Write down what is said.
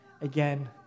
again